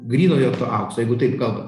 grynojo to aukso jeigu taip kalbant